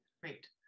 Great